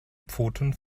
pfoten